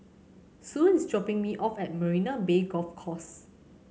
Sue is dropping me off at Marina Bay Golf Course